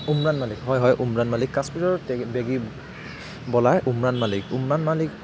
উমৰাণ মালিক হয় হয় উমৰাণ মালিক কাশ্মীৰৰ বেগী বেগী বলাৰ উমৰাণ মালিক উমৰাণ মালিক